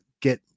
get